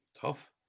tough